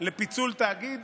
לפיצול תאגיד